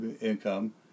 income